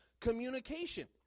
communication